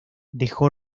dejó